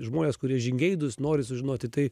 žmonės kurie žingeidūs nori sužinoti tai